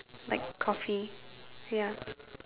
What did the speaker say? like coffee ya